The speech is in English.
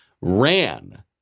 ran